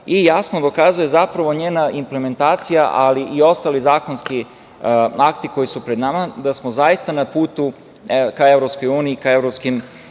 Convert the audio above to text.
i jasno dokazuje zapravo njena implementacija, ali i ostali zakonski akti koji su pred nama, da smo zaista na putu ka EU, ka